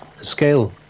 scale